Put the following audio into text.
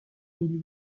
mille